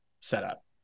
setup